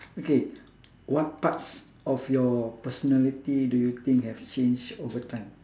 okay what parts of your personality do you think have change over time